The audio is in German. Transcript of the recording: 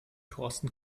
thorsten